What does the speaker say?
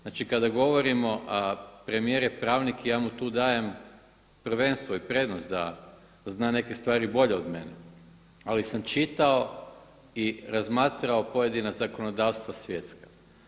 Znači kada govorimo, premijer je pravnik, ja mu tu dajem prvenstvo i prednost da zna neke stvari bolje od mene ali sam čitao i razmatrao pojedina zakonodavstva svjetska.